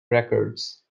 records